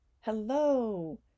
Hello